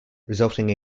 resulting